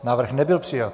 Návrh nebyl přijat.